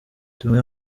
tumwe